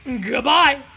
goodbye